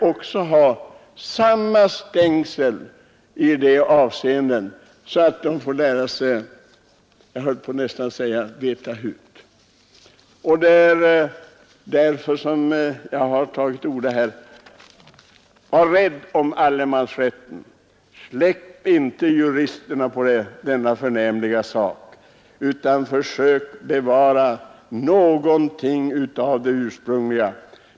ttet får de lära sig — jag höll nästan på att säga — att veta hut. Var rädd om allemansrätten! Släpp inte juristerna på denna sak, utan försök bevara någonting av det ursprungliga!